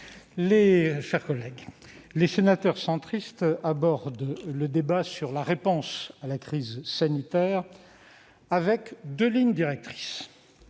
mes chers collègues, les sénateurs centristes abordent le débat sur la réponse à la crise sanitaire en suivant deux lignes directrices.